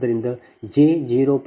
ಆದ್ದರಿಂದ ಇಲ್ಲಿ ಜೆ 0